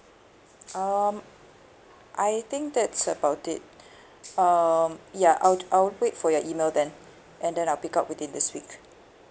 um I think that's about it um ya I'll I'll wait for your email then and then I'll pick up within this week